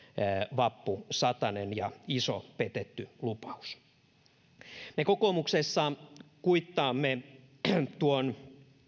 vappusatanen ja iso petetty lupaus me kokoomuksessa kuittaamme tuon